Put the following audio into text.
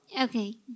Okay